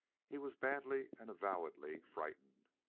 he was badly and avowedly frightened.